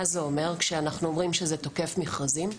מה זה אומר כשאנחנו אומרים שזה תוקף מכרזים?